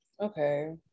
Okay